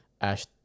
Ash